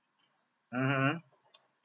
mmhmm